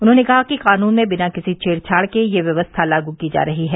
उन्होंने कहा कि कानून में बिना किसी छेड़छाड़ के यह व्यवस्था लागू की जा रही है